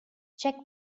check